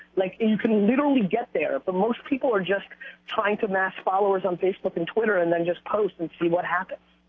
like, you can literally get there but most people are just trying to mask followers on facebook and twitter and then just post and see what happens.